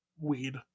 weed